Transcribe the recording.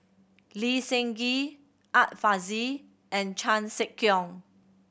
Lee Seng Gee Art Fazil and Chan Sek Keong